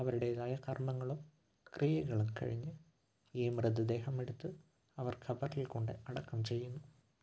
അവരുടേതായ കർമ്മങ്ങളോ ക്രിയകളൊക്കെ കഴിഞ്ഞ് ഈ മൃതദേഹമെടുത്ത് അവർ ഖബറിൽ കൊണ്ട് അടക്കം ചെയ്യുന്നു